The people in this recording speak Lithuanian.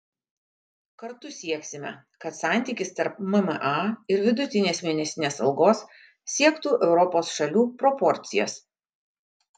kartu sieksime kad santykis tarp mma ir vidutinės mėnesinės algos siektų europos šalių proporcijas